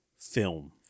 film